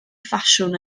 ffasiwn